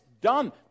done